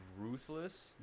ruthless